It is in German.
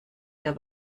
der